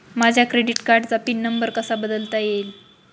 माझ्या क्रेडिट कार्डचा PIN number कसा बदलता येईल?